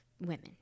women